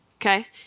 okay